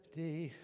day